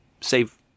save